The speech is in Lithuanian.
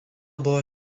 buvo